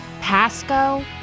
Pasco